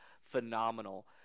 phenomenal